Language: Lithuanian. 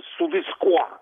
su viskuo